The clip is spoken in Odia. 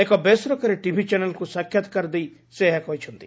ଏକ ବେସରକାରୀ ଟିଭି ଚ୍ୟାନେଲ୍କୁ ସାକ୍ଷାତକାର ଦେଇ ସେ ଏହା କହିଛନ୍ତି